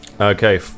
Okay